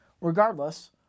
regardless